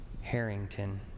Harrington